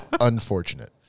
Unfortunate